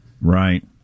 Right